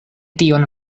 tion